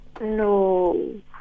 No